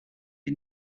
een